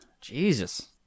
Jesus